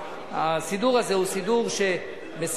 והסידור הזה הוא סידור שמסייע,